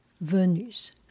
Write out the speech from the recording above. Venus